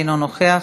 אינו נוכח,